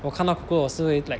我看到 cockroach 我是会 like